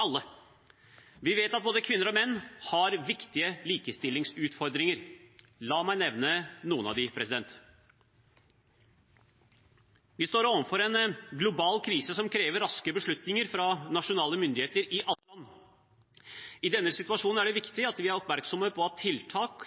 alle! Vi vet at både kvinner og menn har viktige likestillingsutfordringer. La meg nevne noen av dem: Vi står overfor en global krise som krever raske beslutninger fra nasjonale myndigheter i alle land. I denne situasjonen er det viktig at vi er oppmerksomme på at tiltak